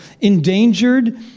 Endangered